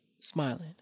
smiling